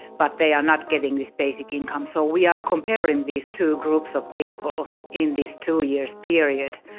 but they are not getting this basic income. so we are comparing these two groups of people in these two years period.